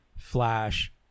flash